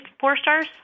four-stars